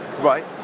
Right